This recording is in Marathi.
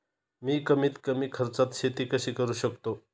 मी कमीत कमी खर्चात शेती कशी करू शकतो?